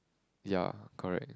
ya correct